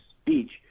speech